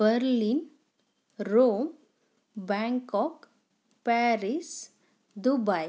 Berlin Rome Bangkok Paris Dubai